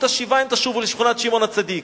השיבה אם תשובו לשכונת שמעון הצדיק.